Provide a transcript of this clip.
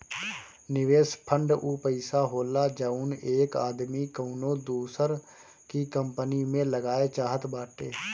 निवेस फ़ंड ऊ पइसा होला जउन एक आदमी कउनो दूसर की कंपनी मे लगाए चाहत बाटे